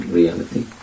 reality